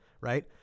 right